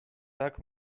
tak